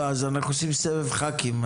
אבל אנחנו עושים סבב ח"כים,